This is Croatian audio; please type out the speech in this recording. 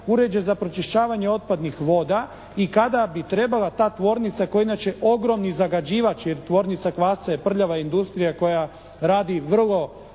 uređaja za pročišćavanjem otpadnih voda i kada bi trebala ta tvornica koja je inače ogromni zagađivač, jer tvornica kvasca je prljava industrija koja radi vrlo